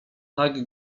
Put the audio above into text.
tak